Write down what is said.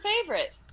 favorite